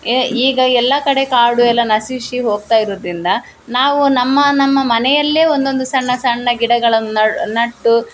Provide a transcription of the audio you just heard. A ಈಗ ಎಲ್ಲ ಕಡೆ ಕಾಡು ಎಲ್ಲ ನಶಿಸಿ ಹೋಗ್ತ ಇರುದರಿಂದ ನಾವು ನಮ್ಮ ನಮ್ಮ ಮನೆಯಲ್ಲೇ ಒಂದೊಂದು ಸಣ್ಣ ಸಣ್ಣ ಗಿಡಗಳನ್ನ ನೆಟ್ಟು